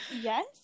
yes